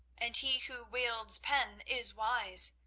and he who wields pen is wise,